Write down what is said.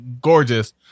gorgeous